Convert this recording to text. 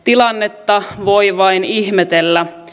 tilannetta voi vain ihmetellä